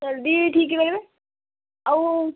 ଜଲ୍ଦି ଠିକ୍ କରିବେ ଆଉ